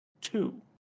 two